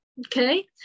Okay